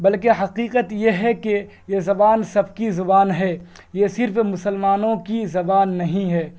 بلکہ حقیقت یہ ہے کہ یہ زبان سب کی زبان ہے یہ صرف مسلمانوں کی زبان نہیں ہے